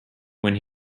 when